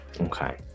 okay